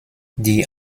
die